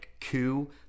coup